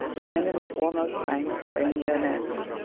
the men in the foremost ranks craned their necks.